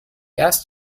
erst